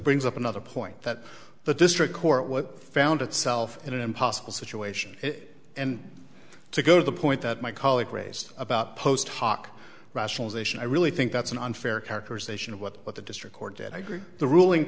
brings up another point that the district court was found itself in an impossible situation and to go to the point that my colleague raised about post hoc rationalization i really think that's an unfair characterization of what the district court did agree the ruling